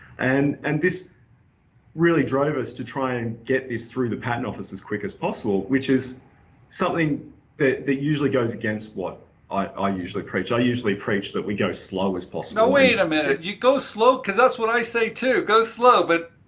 and and this really drove us to try and get this through the patent office as quick as possible, which is something that that usually goes against what i usually preach. i usually preach that we go slow as possible. now wait a minute. you go slow cause that's what i say too, go slow. but.